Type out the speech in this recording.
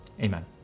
Amen